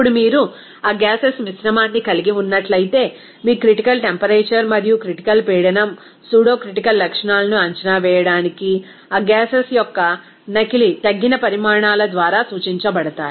refer slide టైం4026 ఇప్పుడు మీరు ఆ గ్యాసెస్ మిశ్రమాన్ని కలిగి ఉన్నట్లయితే మీ క్రిటికల్ టెంపరేచర్ మరియు క్రిటికల్ పీడనం సూడోక్రిటికల్ లక్షణాలను అంచనా వేయడానికి ఆ గ్యాసెస్ యొక్క నకిలీ తగ్గిన పరిమాణాల ద్వారా సూచించబడతాయి